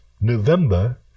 November